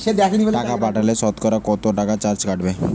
টাকা পাঠালে সতকরা কত টাকা চার্জ কাটবে?